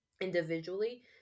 individually